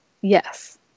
Yes